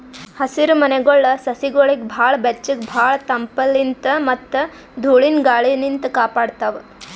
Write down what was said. ಹಸಿರಮನೆಗೊಳ್ ಸಸಿಗೊಳಿಗ್ ಭಾಳ್ ಬೆಚ್ಚಗ್ ಭಾಳ್ ತಂಪಲಿನ್ತ್ ಮತ್ತ್ ಧೂಳಿನ ಗಾಳಿನಿಂತ್ ಕಾಪಾಡ್ತಾವ್